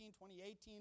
2018